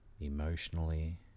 emotionally